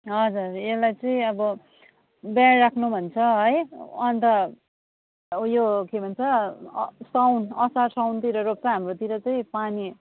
हजुर यसललाई चाहिँ अब बियाड राख्नु भन्छ है अन्त उयो के भन्छ साउन असार साउनतिर रोप्छ हाम्रोतिर चाहिँ पानी